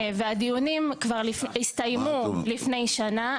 והדיונים הסתיימו לפני כשנה.